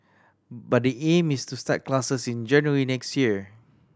but the aim is to start classes in January next year